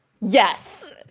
Yes